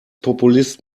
populist